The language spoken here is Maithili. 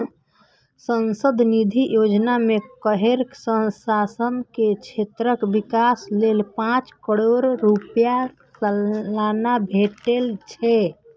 सांसद निधि योजना मे हरेक सांसद के क्षेत्रक विकास लेल पांच करोड़ रुपैया सलाना भेटे छै